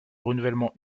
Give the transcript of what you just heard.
renouvellement